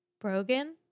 Brogan